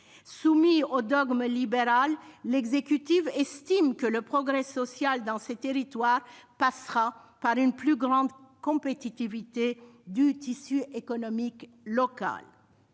Soumis au dogme libéral, l'exécutif estime que le progrès social dans ces territoires passera par une plus grande compétitivité du tissu économique local.